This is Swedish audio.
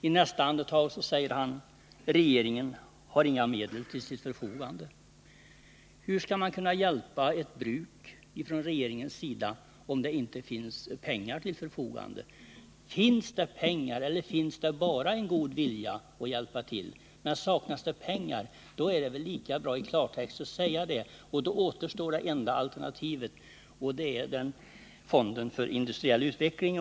I nästa andetag säger han: Regeringen har inga medel till sitt förfogande. Hur skall regeringen kunna ge ett stöd om det inte finns pengar till förfogande? Finns det pengar eller bara en god vilja att hjälpa till? Saknas det pengar, då är det lika bra att säga det i klartext. Det enda alternativ som då återstår är fonden för industriell utveckling.